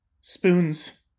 Spoons